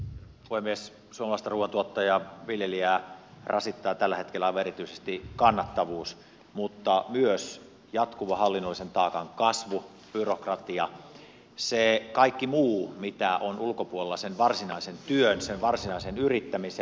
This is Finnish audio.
suomalaista ruuantuottajaa viljelijää rasittaa tällä hetkellä aivan erityisesti kannattavuus mutta myös jatkuva hallinnollisen taakan kasvu byrokratia kaikki muu mitä on ulkopuolella sen varsinaisen työn sen varsinaisen yrittämisen